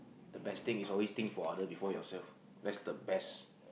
the best thing is always think for other before yourself that's the best